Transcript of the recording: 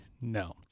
no